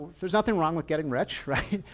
there's nothing wrong with getting rich, right?